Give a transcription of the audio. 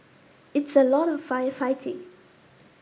it's a lot of firefighting